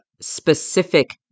specific